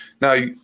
Now